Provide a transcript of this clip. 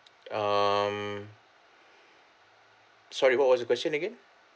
um sorry what was the question again